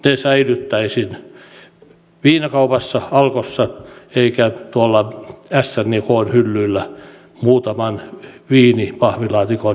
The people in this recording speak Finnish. ne säilyttäisin viinakaupassa alkossa enkä tuolla sn ja kn hyllyillä muutaman viinipahvilaatikon joukossa